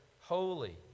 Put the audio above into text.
holy